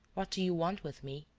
what do you want with me?